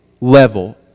level